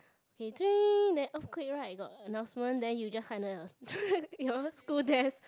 then earthquake right got announcement then you just hide under your your school desk